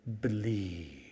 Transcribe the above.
believe